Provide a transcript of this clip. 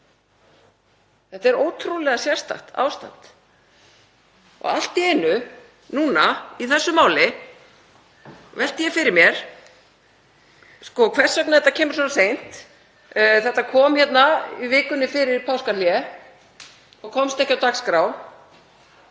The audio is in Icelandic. Þetta er ótrúlega sérstakt ástand og allt í einu núna í þessu máli velti ég fyrir mér hvers vegna það kemur svona seint. Þetta kom hérna í vikunni fyrir páskahlé og komst ekki á dagskrá